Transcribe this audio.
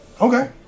Okay